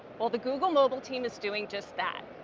well, the google mobile team is doing just that.